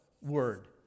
Word